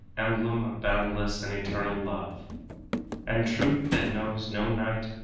emblem of boundless and eternal love and truth that knows no night,